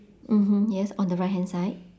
mmhmm yes on the right hand side